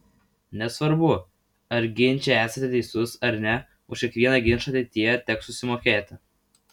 nesvarbu ar ginče esate teisus ar ne už kiekvieną ginčą ateityje teks susimokėti